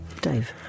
Dave